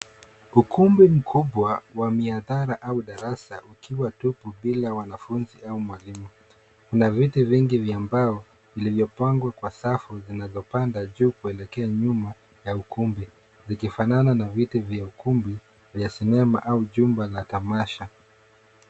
Ukumbi mkubwa wa miabara au darasa ukiwa tupu bila mwanafunzi au mwalimu. Kuna viti vingi vya mbao vilivyo pangwa kwa safu zinazo panda juu kuelekea nyuma ya ukumbi zikifanana na viti vya ukumbi vya sinema au jumba la tamasha.